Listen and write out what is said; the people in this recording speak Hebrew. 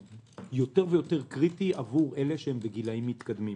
יותר ויותר קריטי עבור אלה שהם בגילאים מתקדמים.